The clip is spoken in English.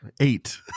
eight